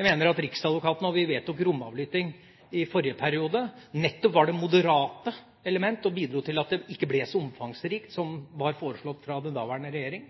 Jeg mener at riksadvokaten da vi vedtok romavlytting i forrige periode, nettopp var det moderate element og bidro til at det ikke ble så omfangsrikt som foreslått av den daværende regjering.